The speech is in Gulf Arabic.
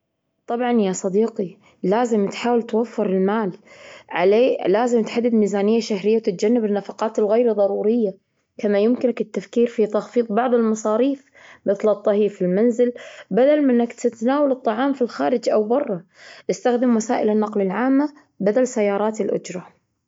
طبعا يا صديقي، لازم تحاول توفر المال. عليه، لازم تحدد ميزانية شهرية وتتجنب النفقات غير الضرورية. كما يمكنك التفكير في تخفيض بعض المصاريف، مثل الطهي في المنزل بدل من أنك تتناول الطعام في الخارج أو بره. استخدم وسائل النقل العامة بدل سيارات الأجرة.